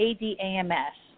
Adams